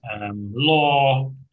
law